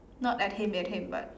not at him eat him but